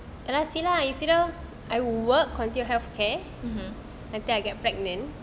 and I see lah you see lah I work continue health care until I get pregnant